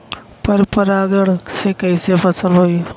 पर परागण से कईसे फसल होई?